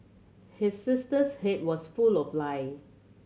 his sister's head was full of lice